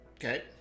Okay